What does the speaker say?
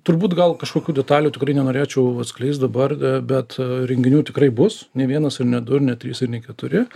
turbūt gal kažkokių detalių tikrai nenorėčiau atskleist dabar bet renginių tikrai bus ne vienas ir ne du ir ne trys ir ne keturi